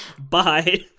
bye